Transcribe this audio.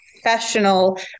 professional